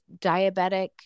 diabetic